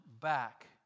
back